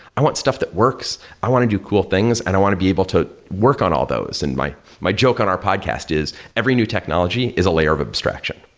i want stuff that works. i want to do cool things, and i want to be able to work on all those. and my my joke on our podcast is every new technology is a layer of abstraction.